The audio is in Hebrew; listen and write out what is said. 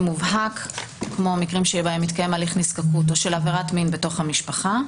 מובהק כמו המקרים בהם מתקיים הליך נזקקות או של עבירת מין בתוך המשפחה,